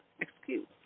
excuse